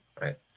right